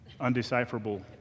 undecipherable